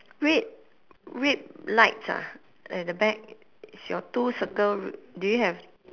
red red lights ah at the back is your two circle do you have